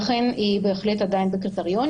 לכן היא בהחלט עדיין בקריטריונים.